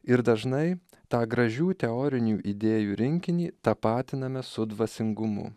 ir dažnai tą gražių teorinių idėjų rinkinį tapatiname su dvasingumu